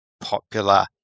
popular